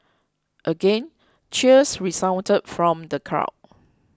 again cheers resounded from the crowd